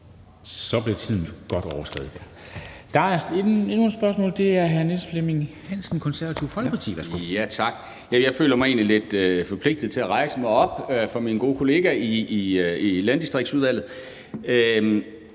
Så blev tiden godt overskredet. Der er endnu et spørgsmål, og det er fra hr. Niels Flemming Hansen, Det Konservative Folkeparti. Værsgo. Kl. 11:10 Niels Flemming Hansen (KF): Tak. Jeg føler mig egentlig lidt forpligtet til at rejse mig op for min gode kollega i Landdistriktsudvalget.